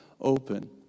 open